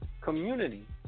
community